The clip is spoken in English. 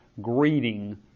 greeting